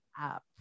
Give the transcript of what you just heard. up